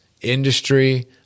industry